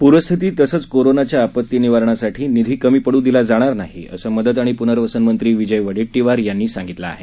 पूरस्थिती तसंच कोरोनाच्या आपत्ती निवारणासाठी निधी कमी पडू दिला जाणार नाही असं मदत आणि पुनर्वसन मंत्री विजय वडेट्टीवार यांनी सांगितलं आहे